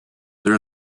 there